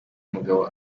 mugabo